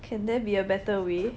can there be a better way